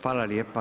Hvala lijepa.